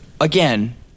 again